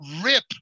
rip